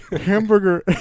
Hamburger